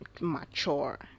mature